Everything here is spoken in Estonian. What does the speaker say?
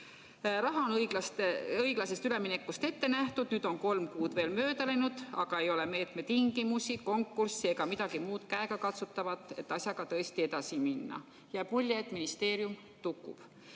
Raha on õiglase ülemineku fondist ette nähtud. Nüüdseks on kolm kuud mööda läinud, aga ei ole meetme tingimusi, konkurssi ega midagi muud käegakatsutavat, et asjaga tõesti edasi minna. Jääb mulje, et ministeerium tukub.